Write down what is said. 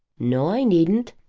no, i needn't.